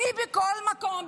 בכל מקום,